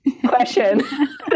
question